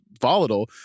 volatile